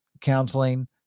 counseling